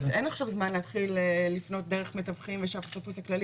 דע לך שמופקד בידינו